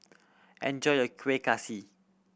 enjoy your Kueh Kaswi